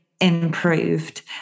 improved